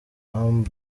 amb